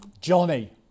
Johnny